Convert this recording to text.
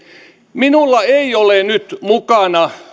minulla ei ole nyt mukana